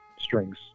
strings